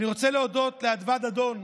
אני רוצה להודות לאדוה דדון,